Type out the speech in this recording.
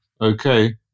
okay